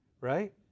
right